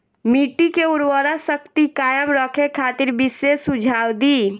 मिट्टी के उर्वरा शक्ति कायम रखे खातिर विशेष सुझाव दी?